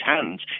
hands